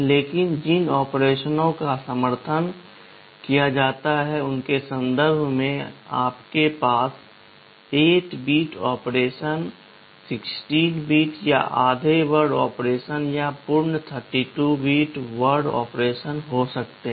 लेकिन जिन ऑपरेशनों का समर्थन किया जाता है उनके संदर्भ में आपके पास 8 बिट ऑपरेशन 16 बिट या आधे वर्ड ऑपरेशन या पूर्ण 32 बिट वर्ड ऑपरेशन हो सकते हैं